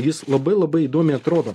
jis labai labai įdomiai atrodo